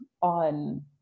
On